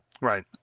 Right